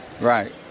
Right